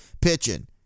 pitching